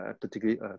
particularly